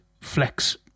flex